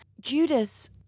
Judas